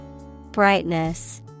Brightness